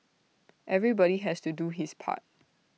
everybody has to do his part